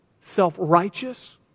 self-righteous